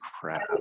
crap